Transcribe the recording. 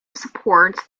supports